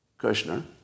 Kushner